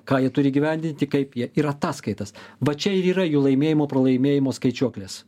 ką ji turi įgyvendinti kaip jie ir ataskaitas va čia ir yra jų laimėjimo pralaimėjimo skaičiuoklės